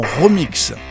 remix